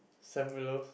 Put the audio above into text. Sam-Willows